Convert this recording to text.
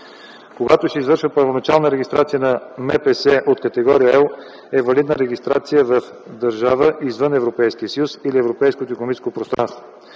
Когато се извършва първоначална регистрация на МПС от категория L, е валидна регистрация в държава извън Европейския съюз или Европейското икономическо пространство.